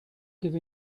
give